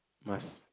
must